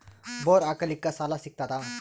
Bore ಹಾಕಲಿಕ್ಕ ಸಾಲ ಸಿಗತದ?